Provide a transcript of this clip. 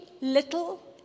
little